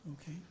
Okay